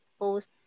post